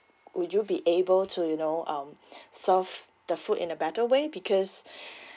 would you be able to you know um serve the food in a better way because